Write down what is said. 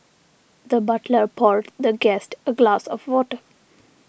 the butler poured the guest a glass of water